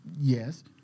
Yes